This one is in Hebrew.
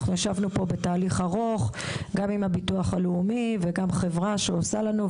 אנחנו ישבנו בתהליך ארוך עם הביטוח הלאומי ועם החברה שעושה לנו את זה.